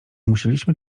musieliśmy